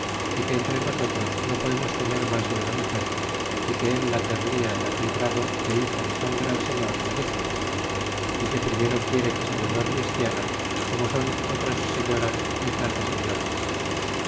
é que entre nosotros no podemos tener mas de una muger y que el la ternia en aquel grado que hija de tan gran señor merece y que primero quiere se vuelva christiana como son otras señoras hijas de